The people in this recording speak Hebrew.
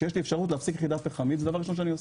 כשיש לי אפשרות להפסיק יחידה פחמית זה מה שאני עושה.